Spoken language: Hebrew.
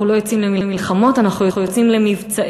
אנחנו לא יוצאים למלחמות, אנחנו יוצאים למבצעים.